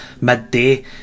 midday